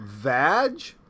Vaj